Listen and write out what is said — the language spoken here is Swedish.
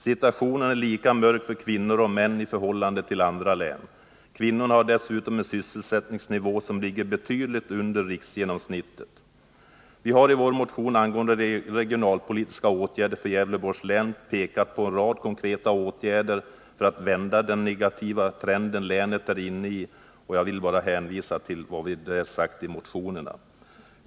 Situationen är lika mörk för kvinnor och män i förhållande till andra län. Kvinnorna har dessutom en sysselsättningsnivå som ligger betydligt under riksgenomsnittet. Vi har i vår motion angående regionalpolitiska åtgärder för Gävleborgs län pekat på en rad konkreta åtgärder för att vända den negativa trend som länet är inne i, och jag vill bara hänvisa till vad vi anfört i motionen.